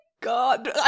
God